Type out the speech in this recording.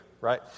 Right